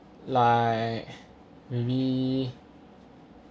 like maybe